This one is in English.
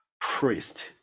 priest